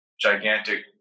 gigantic